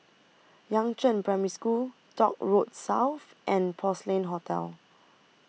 Yangzheng Primary School Dock Road South and Porcelain Hotel